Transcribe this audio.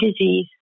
disease